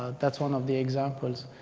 that's one of the examples.